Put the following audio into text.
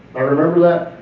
i remember that,